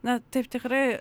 na taip tikrai